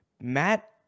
Matt